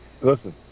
Listen